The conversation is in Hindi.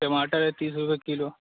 टमाटर है तीस रुपए किलो